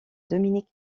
dominique